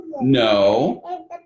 No